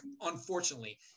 unfortunately